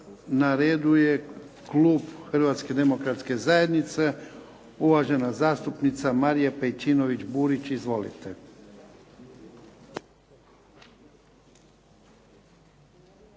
Na redu je klub Hrvatske demokratske zajednice. Uvažena zastupnica Marija Pejčinović Burić. Izvolite.